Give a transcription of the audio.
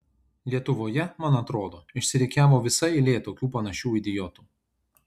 lietuvoje man atrodo išsirikiavo visa eilė tokių panašių idiotų